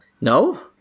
No